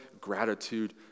gratitude